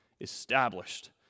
established